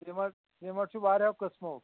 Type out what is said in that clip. cement cement چھُ واریَہو قٕسمو